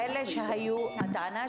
הישיבה ננעלה